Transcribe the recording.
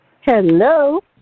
Hello